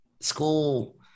school